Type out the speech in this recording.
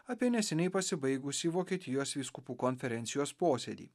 apie neseniai pasibaigusį vokietijos vyskupų konferencijos posėdį